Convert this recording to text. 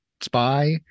spy